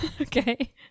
Okay